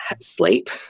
sleep